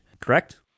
correct